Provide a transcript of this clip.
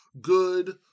good